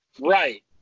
Right